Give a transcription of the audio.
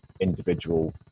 individual